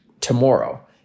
tomorrow